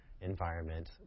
environment